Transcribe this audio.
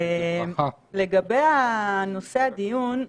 לגבי נושא הדיון,